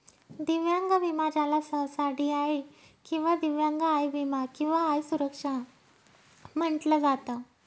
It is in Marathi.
दिव्यांग विमा ज्याला सहसा डी.आय किंवा दिव्यांग आय विमा किंवा आय सुरक्षा म्हटलं जात